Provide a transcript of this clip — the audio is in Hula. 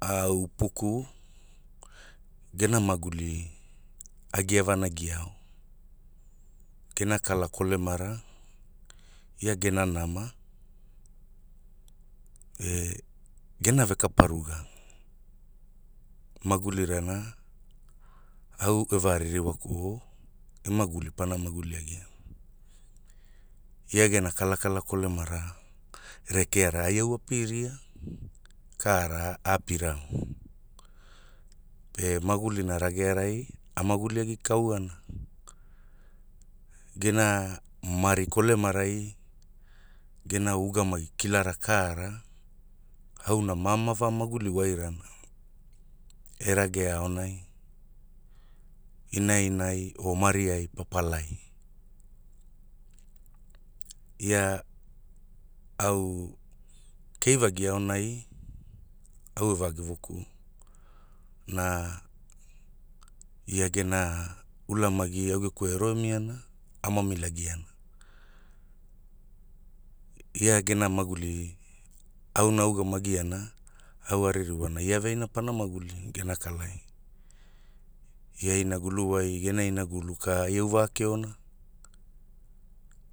Au Upuku, gena magulina a gia vanagiao, gena kala kolemara, ia gena nama e, gena ve kapa ruga, magulirana, au e va ririwakuo, e maguli pana maguli agia, ia gena kalakala kolemara, rekeara ai au apiria, kara a apiarao pe magulina regearai, a maguliagi kaoana. Gena, mari kolemarai, gena ugamagi kilara kaara, auna ma ama va maguli wairana, erage aonai, inainai oh mari ai pa palai. Ia, au, kei vagi aonai, au e va gevokuo, na, ia gena ulamagi au geku ai e ro e miana, a mamilagiana, ia gena maguli, auna a ugamagiana, au a ririwana ia veaina pana maguli gena kalai, ia e inagulu wai gena inagulu ka ai au va keona,